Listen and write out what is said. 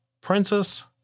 Princess